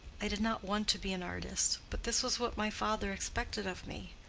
i did not want to be an artist but this was what my father expected of me.